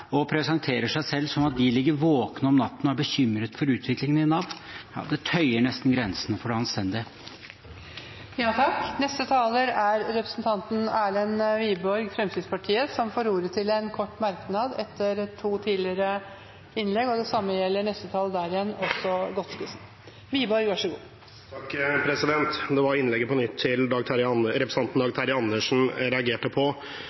og presenterer seg selv om at de ligger våkne om natten og er bekymret for utviklingen i Nav, tøyer nesten grensene for anstendighet. Representanten Erlend Wiborg har hatt ordet to ganger tidligere og får ordet til en kort merknad, begrenset til 1 minutt. Det var innlegget – på nytt – til representanten Dag Terje Andersen jeg reagerte på. Ja, det er helt riktig at han viste til